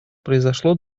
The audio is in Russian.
произошло